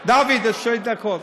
דוד, עוד שתי דקות.